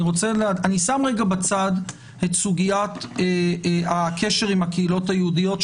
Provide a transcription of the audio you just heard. אני שם בצד את סוגיית הקשר עם הקהילות היהודיות,